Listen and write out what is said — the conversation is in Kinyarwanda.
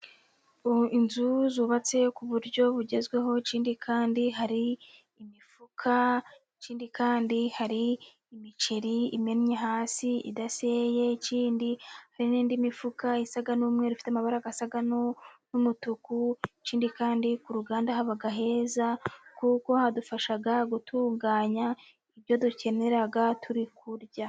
Inzu zubatse ku buryo bugezweho, ikindi kandi hari imifuka ikindi kandi hari imiceri imennye hasi idaseye, ikindi hari n'indi mifuka isa n'umweru ifite amabara asa n'umutuku, ikindi kandi ku ruganda haba heza kuko hadufasha gutunganya ibyo dukenera turi kurya.